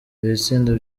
ibitsindo